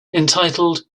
entitled